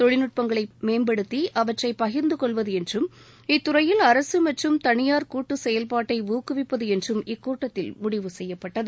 தொழில்நுட்பங்களை மேம்படுத்தி அவற்றை பகிர்ந்துகொள்வது என்றும் இத்துறையில் அரசு மற்றும் தனியார் கூட்டு செயல்பாட்டை ஊக்குவிப்பது என்றும் இக்கூட்டத்தில் முடிவு செய்யப்பட்டது